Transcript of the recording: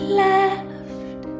left